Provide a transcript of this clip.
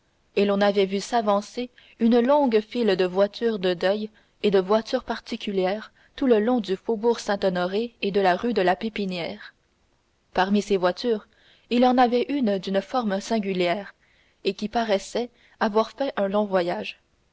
et l'on avait vu s'avancer une longue file de voitures de deuil et de voitures particulières tout le long du faubourg saint-honoré et de la rue de la pépinière parmi ces voitures il y en avait une d'une forme singulière et qui paraissait avoir fait un long voyage